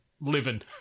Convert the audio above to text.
living